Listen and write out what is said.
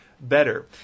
better